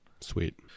Sweet